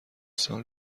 سال